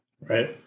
Right